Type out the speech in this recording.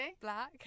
Black